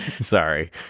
Sorry